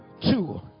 Two